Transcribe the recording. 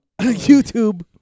YouTube